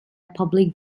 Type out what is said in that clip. public